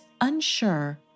unsure